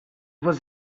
was